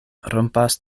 rompas